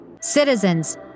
Citizens